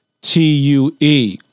TUE